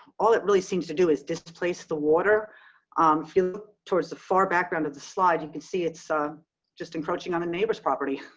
all it really seems to do is displace the water um towards the far background of the slide. you can see it's ah just encroaching on a neighbor's property.